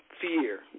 fear